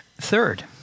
Third